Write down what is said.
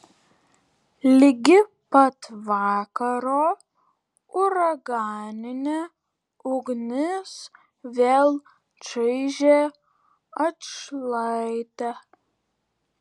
ligi pat vakaro uraganinė ugnis vėl čaižė atšlaitę